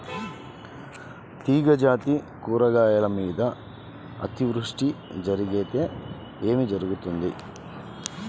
తీగజాతి కూరగాయల మీద అతివృష్టి జరిగితే ఏమి జరుగుతుంది?